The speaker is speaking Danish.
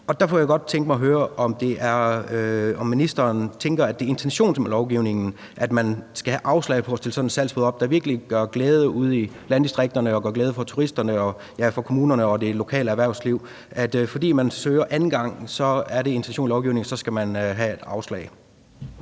og der kunne jeg godt tænke mig at høre, om ministeren tænker, at det er intentionen med lovgivningen, at man skal have afslag på at stille sådan en salgsbod op, der virkelig gør glæde ude i landdistrikterne og gør glæde for turisterne, for kommunerne og det lokale erhvervsliv – at fordi man søger anden gang, er det intentionen med lovgivningen, at så skal man have et afslag.